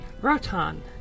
Rotan